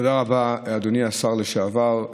תודה רבה, אדוני השר לשעבר.